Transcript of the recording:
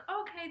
okay